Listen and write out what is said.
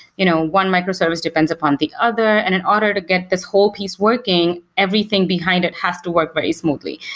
you know one micro-service depends upon the other, and in order to get this whole piece working, everything behind it has to work very smoothly.